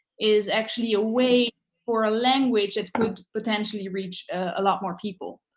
is actually a way for a language that could potentially reach a lot more people.